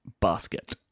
basket